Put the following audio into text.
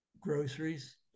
groceries